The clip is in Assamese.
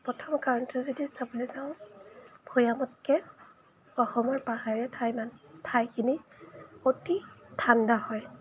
প্ৰথম কাৰণটো যদি চাবলৈ যাওঁ ভৈয়ামতকৈ অসমৰ পাহাৰীয়া ঠাই ঠাইখিনি অতি ঠাণ্ডা হয়